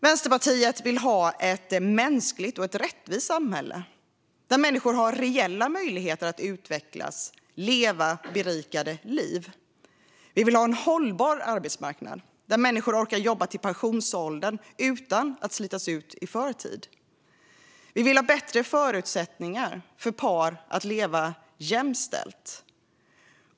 Vänsterpartiet vill ha ett mänskligt och rättvist samhälle där människor har reella möjligheter att utvecklas och leva berikande liv. Vi vill ha en hållbar arbetsmarknad där människor orkar jobba till pensionsåldern utan att slitas ut i förtid. Vi vill ha bättre förutsättningar för par att leva jämställt.